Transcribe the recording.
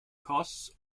costs